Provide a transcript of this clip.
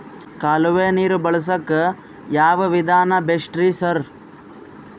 ಕಾಲುವೆ ನೀರು ಬಳಸಕ್ಕ್ ಯಾವ್ ವಿಧಾನ ಬೆಸ್ಟ್ ರಿ ಸರ್?